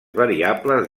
variables